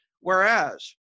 Whereas